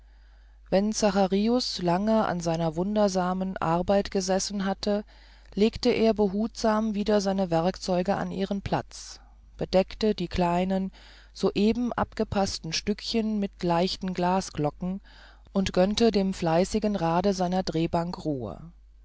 wenn zacharius lange an seiner wundersam seinen arbeit gesessen hatte legte er behutsam wieder seine werkzeuge an ihren platz bedeckte die kleinen soeben abgepaßten stückchen mit leichten glasglocken und gönnte dem fleißigen rade seiner drehbank ruhe